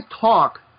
talk